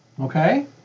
Okay